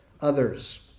others